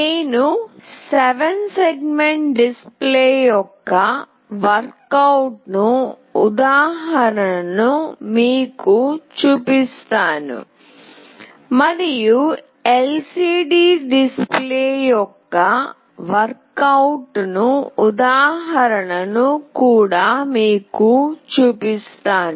నేను 7 segment display యొక్క పని తీరు ఉదాహరణ ను మీకు చూపిస్తాను మరియు ఎల్సిడి డిస్ప్లే యొక్క పని తీరు ఉదాహరణను కూడా మీకు చూపిస్తాను